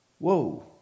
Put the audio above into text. Whoa